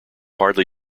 hardly